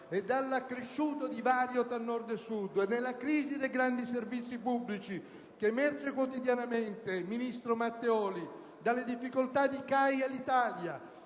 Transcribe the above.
e dall'accresciuto divario tra Nord e Sud, oltre che dalla crisi dei grandi servizi pubblici che emerge quotidianamente, ministro Matteoli, dalle difficoltà di CAI-Alitalia,